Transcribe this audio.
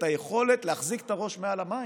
את היכולת להחזיק את הראש מעל המים.